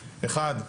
אחד,